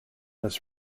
his